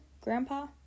grandpa